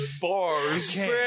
Bars